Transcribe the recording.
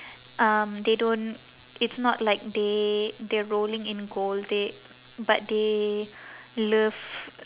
um they don't it's not like they they're rolling in gold they but they love